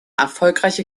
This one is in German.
erfolgreiche